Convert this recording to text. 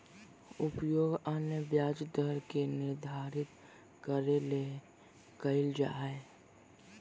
उपयोग अन्य ब्याज दर के निर्धारित करे ले कइल जा हइ